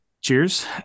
Cheers